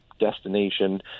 destination